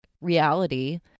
reality